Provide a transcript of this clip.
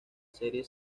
serie